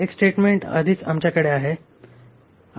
एक स्टेटमेंट आधीच आमच्याकडे आहे